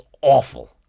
awful